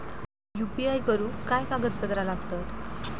UPI करुक काय कागदपत्रा लागतत?